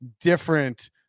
different